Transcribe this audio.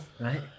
Right